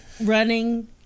running